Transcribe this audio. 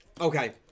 Okay